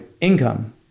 income